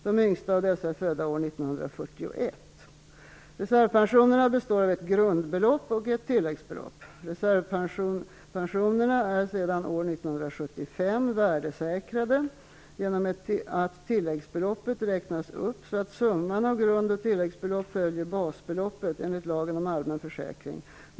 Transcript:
De yngsta av dessa är födda år 1941.